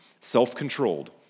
self-controlled